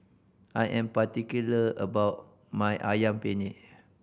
I am particular about my Ayam Penyet